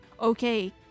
okay